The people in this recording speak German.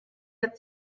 der